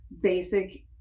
basic